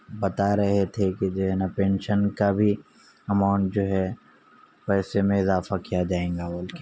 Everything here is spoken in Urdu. بتا رہے تھے کہ جو ہے نا پینشن کا بھی اماؤنٹ جو ہے پیسے میں اضافہ کیا جائے گا بول کے